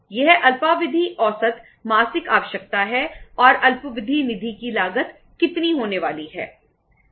यह अल्पावधि औसत मासिक आवश्यकता है और अल्पावधि निधि की लागत कितनी होने वाली है